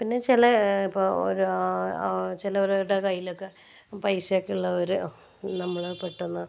പിന്നെ ചില ഇപ്പോൾ ഒരാ ചിലരുടെ കയ്യിലൊക്കെ പൈസയൊക്കെ ഉള്ളവരോ നമ്മൾ പെട്ടന്ന്